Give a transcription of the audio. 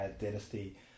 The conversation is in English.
dynasty